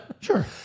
Sure